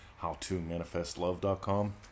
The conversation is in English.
howtomanifestlove.com